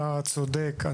אתה צודק.